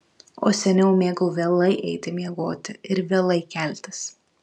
o seniau mėgau vėlai eiti miegoti ir vėlai keltis